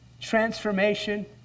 transformation